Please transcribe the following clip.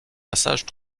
passages